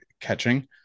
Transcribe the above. catching